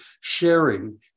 sharing